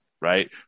right